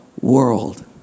world